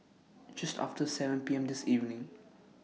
Just after seven P M This evening